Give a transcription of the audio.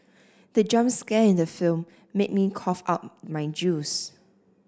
the jump scare in the film made me cough out my juice